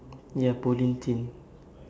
ya bowling thing